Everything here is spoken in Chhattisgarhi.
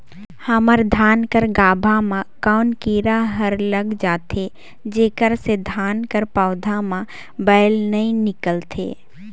हमर धान कर गाभा म कौन कीरा हर लग जाथे जेकर से धान कर पौधा म बाएल नइ निकलथे?